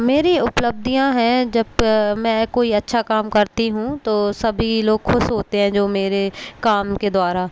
मेरी उपलब्धियाँ हैं जब मैं कोई अच्छा काम करती हूँ तो सब ही लोग खुश होते हैं जो मेरे काम के द्वारा